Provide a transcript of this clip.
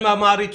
במרכז